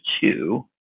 two